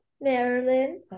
Maryland